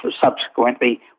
subsequently